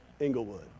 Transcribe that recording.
Englewood